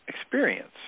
experience